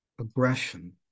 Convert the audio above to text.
aggression